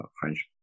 French